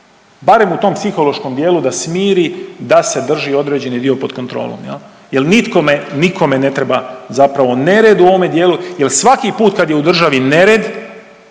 barem u tom psihološkom dijelu da smiri da se drži određeni dio pod kontrolom jer nikome ne treba zapravo nered u ovome dijelu. Jel svaki put kad je u državi nered